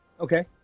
Okay